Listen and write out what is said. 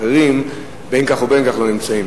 אחרים בין כך ובין כך לא נמצאים.